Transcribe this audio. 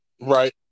right